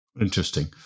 Interesting